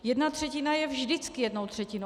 Jedna třetina je vždycky jednou třetinou.